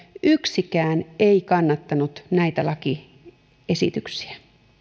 yksikään ei kannattanut näitä lakiesityksiä